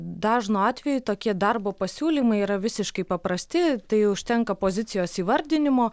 dažnu atveju tokie darbo pasiūlymai yra visiškai paprasti tai užtenka pozicijos įvardinimo